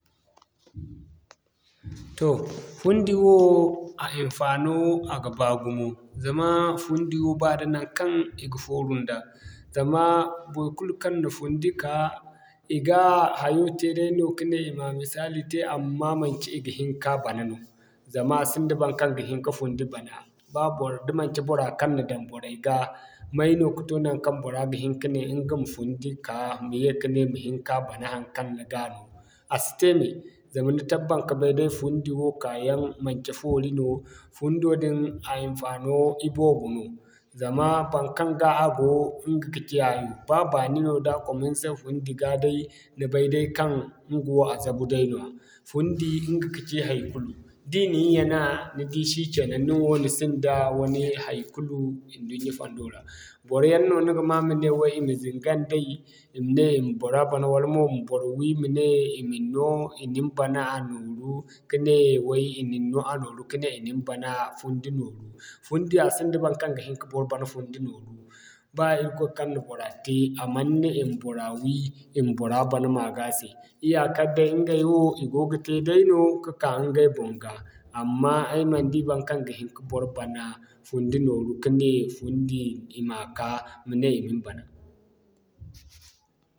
Toh fundi wo a hinfaano a ga baa gumo zama fundi wo baa d'a naŋkaŋ i ga fooru nda. Zama baikulu kaŋ na fundi ka, i ga hayo te day no kane i ma misali te amma manci i ga hin ka bana no. Zama a sinda baŋkaŋ ga hin ka fundi bana, ba bor da manci bora kaŋ na daŋ boray ga mayno ka to naŋkaŋ bora ga hin ka ne ɲga ma fundi ka, maye ka ne ma hin ka bana haŋkaŋ ni ga no a si te me. Zama ni tabbat ka bay fundi wo kaa yaŋ manci foori no, fundo din a hinfaano i boobo no. Zama baŋkaŋ ga a go ɲga kaci hayo, ba baani no da kwama ni se fundi ga day ni bay day kaŋ ɲga wo a zabu dayno fundi ɲga ka ci haikulu. Da i nin yanaa, ni si shikenan nin wo ni sinda ma ne haikulu idunya fondo ra. Bor yaŋ no ni ga ma mane way i ma zinga nday, i ma ne i ma bora bana wala mo ma bor wi ma ne i ma ni no, i ma ni bana a nooru ka ne way i nin no a nooru ka ne i na ni bana fundi nooru. Fundi a sinda baŋkaŋ ga hin ka bor bana fundi nooru. Ba irkoy kaŋ na bora te a man ne i ma bora wi i ma bora bana maga se. Iyaaka day ɲgay wo i go ga te dayno, ka'ka ɲgay boŋ ga. Amma ay man di baŋkaŋ ga hin ka bor bana fundi nooru ka ne fundi i ma ka ma ne i ma ni bana.